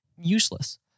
useless